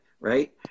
right